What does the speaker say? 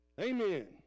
Amen